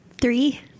Three